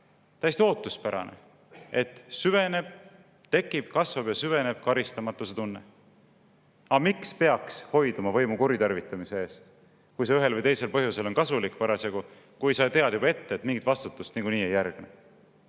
täiesti ootuspärane! –, et tekib, kasvab ja süveneb karistamatuse tunne. Miks peaks hoiduma võimu kuritarvitamise eest, kui see ühel või teisel põhjusel on parasjagu kasulik ja kui sa tead juba ette, et mingit vastutust niikuinii ei järgne?